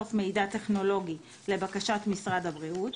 לאסוף מידע טכנולוגי לבקשת משרד הבריאות,